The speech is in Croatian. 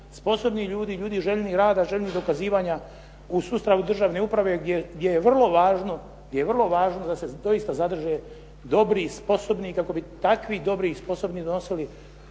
sposobnih ljudi, ljudi željnih rada, željnih dokazivanja u sustavu državne uprave gdje je vrlo važno da se doista zadrže dobri i sposobni kako bi takvi dobri i sposobni nosili